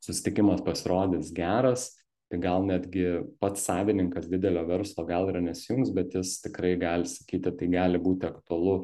susitikimas pasirodys geras tai gal netgi pats savininkas didelio verslo gal ir nesijungs bet jis tikrai gali sakyti tai gali būti aktualu